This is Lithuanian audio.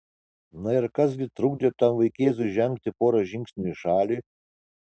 na ir kas gi trukdė tam vaikėzui žengti porą žingsnių į šalį